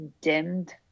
dimmed